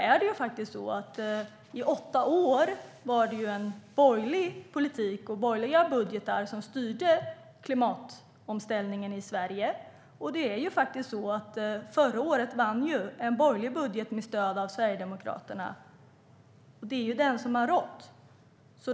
I åtta år var det en borgerlig politik och borgerliga budgetar som styrde klimatomställningen i Sverige. Förra året vann en borgerlig budget med stöd av Sverigedemokraterna. Det är den som har rått.